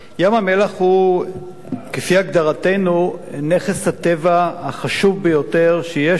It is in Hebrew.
ים-המלח הוא כפי הגדרתנו נכס הטבע החשוב ביותר שיש לנו.